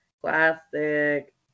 classic